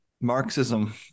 Marxism